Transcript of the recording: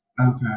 Okay